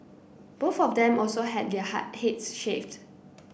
both of them also had their heads shaved